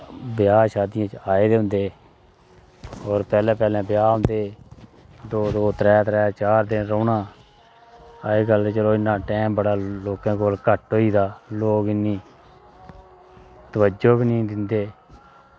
ब्याह् शादियें च आऐ दे होंदे और पैह्लैं पैह्लैं ब्याह् होंदे दो दो त्रैत्रै चार दिन रैह्ना अजकल चलो इन्ना टैम बड़ा लोकें कोल घट्ट होई दा लोक इन्नी तवज्जो बी नी दिंदे